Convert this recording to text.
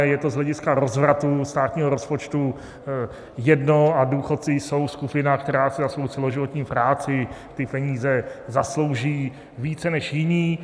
Je to z hlediska rozvratu státního rozpočtu jedno a důchodci jsou skupina, která si za svou celoživotní práci ty peníze zaslouží více než jiní.